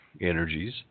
energies